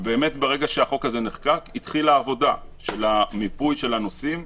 ובאמת ברגע שהחוק הזה נחקק התחילה עבודה של המיפוי של הנושאים.